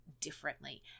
differently